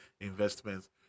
investments